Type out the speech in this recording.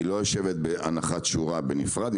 היא לא יושבת בהנחת שורה בנפרד,